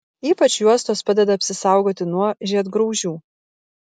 ypač juostos padeda apsisaugoti nuo žiedgraužių